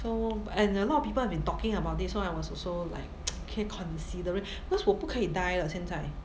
so and a lot of people have been talking about this so I was also like 可以 consider it cause 我不可以 dye 了现在